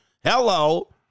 Hello